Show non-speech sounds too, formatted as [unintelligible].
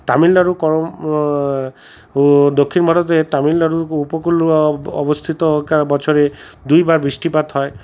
তামিলনাড়ু [unintelligible] ও দক্ষিণ ভারতের তামিলনাড়ু উপকূল অবস্থিত বছরে দুই বার বৃষ্টিপাত হয়